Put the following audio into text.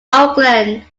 oakland